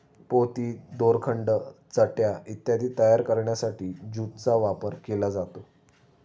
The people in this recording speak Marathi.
पोती, दोरखंड, चटया इत्यादी तयार करण्यासाठी ज्यूटचा वापर केला जातो